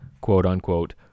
quote-unquote